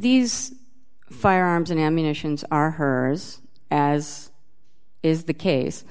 these firearms and ammunitions are hers as is the case